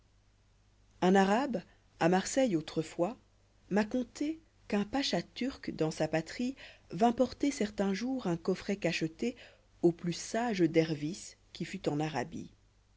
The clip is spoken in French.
un arabe à marseille autrefois m'a conté qu'un pacha turc dans sa patrie vint porter certain jour un coffret cacheté au plus sage dervis qui fût en arabie